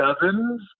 Cousins